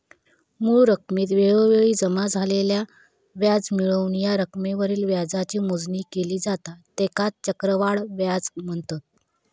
मूळ रकमेत वेळोवेळी जमा झालेला व्याज मिळवून या रकमेवरील व्याजाची मोजणी केली जाता त्येकाच चक्रवाढ व्याज म्हनतत